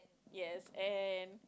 yes and